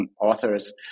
authors